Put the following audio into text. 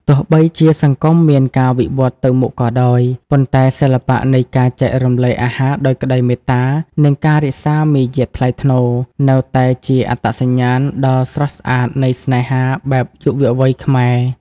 ទោះបីជាសង្គមមានការវិវឌ្ឍទៅមុខក៏ដោយ ប៉ុន្តែសិល្បៈនៃការចែករំលែកអាហារដោយក្តីមេត្តា និងការរក្សាមារយាទថ្លៃថ្នូរ នៅតែជាអត្តសញ្ញាណដ៏ស្រស់ស្អាតនៃស្នេហាបែបយុវវ័យខ្មែរ។